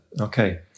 Okay